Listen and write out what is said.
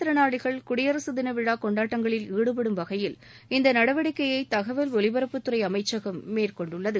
திறனாளிகள் குடியரசு தின விழா கொண்டாடங்களில் ஈடுபடும் வகையில் இந்த மாற்றுத் நடவடிக்கையை தகவல் ஒலிபரப்புத்துறை அமைச்சகம் மேற்கொண்டுள்ளது